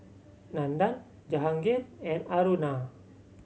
Nandan Jahangir and Aruna